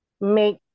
make